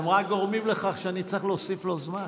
אתם רק גורמים לכך שאני אצטרך להוסיף לו זמן.